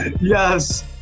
Yes